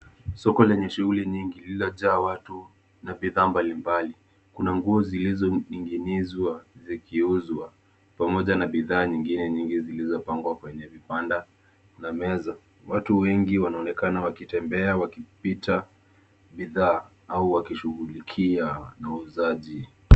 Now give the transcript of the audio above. Soko lenye shughuli nyingi lililojaa watu na bidhaa mbalimbali. Kuna nguo zilizoning'inizwa zikiuzwa pamoja na bidhaa nyingine nyingi zilizopangwa kwenye vibanda za meza. Watu wengi wanaonekana wakitembea wakipita bidhaa au wakishughulikia na wauzaji.